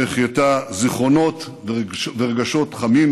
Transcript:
שהחייתה זיכרונות ורגשות חמים,